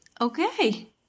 Okay